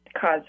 cause